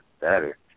better